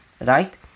right